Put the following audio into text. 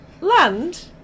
land